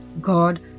God